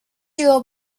your